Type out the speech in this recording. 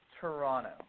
Toronto